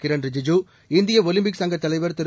கிரண் ரிஜிஜூ இந்திய ஒலிம்பிக் சங்கத் தலைவர் திரு